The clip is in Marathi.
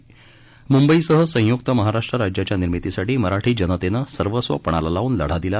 म्ंबईसह संय्क्त महाराष्ट्र राज्याच्या निर्मितीसाठी मराठी जनतेनं सर्वस्व पणाला लावून लढा दिला